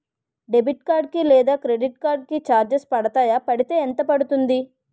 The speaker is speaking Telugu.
డెబిట్ కార్డ్ లేదా క్రెడిట్ కార్డ్ కి చార్జెస్ పడతాయా? పడితే ఎంత పడుతుంది?